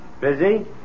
Busy